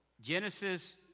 Genesis